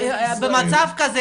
אז במצב כזה,